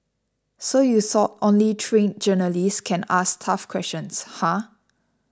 so you thought only trained journalists can ask tough questions huh